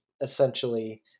essentially